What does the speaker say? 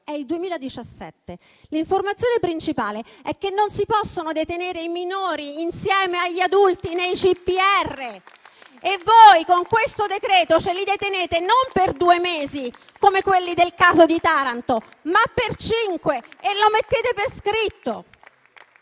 al 2017. L'informazione principale è che non si possono detenere i minori insieme agli adulti nei CPR e voi, con questo decreto, ce li detenete non per due mesi, come nel caso di Taranto, ma per cinque mesi e lo mettete per iscritto!